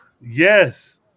Yes